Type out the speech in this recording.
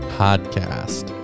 podcast